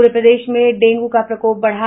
पूरे प्रदेश में डेंगू का प्रकोप बढ़ा